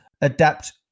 adapt